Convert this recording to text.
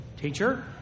teacher